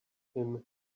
him